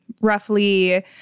roughly